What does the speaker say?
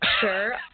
Sure